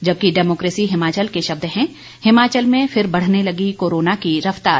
जबकि डेमोकेसी हिमाचल के शब्द हैं हिमाचल में फिर बढ़ने लगी कोरोना की रफतार